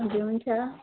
हजुर हुन्छ